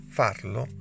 farlo